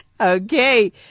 Okay